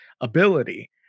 ability